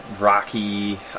rocky